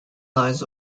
lies